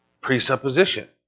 Presupposition